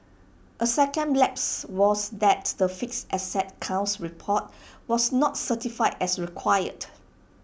A second lapse was that the fixed asset count report was not certified as required